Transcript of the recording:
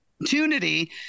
opportunity